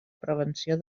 prevenció